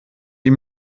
die